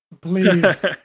Please